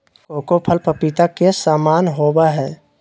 cocoa फल पपीता के समान होबय हइ